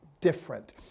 different